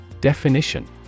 Definition